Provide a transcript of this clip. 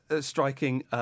striking